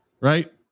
right